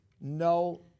no